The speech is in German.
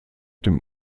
dem